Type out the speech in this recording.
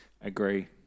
agree